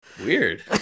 Weird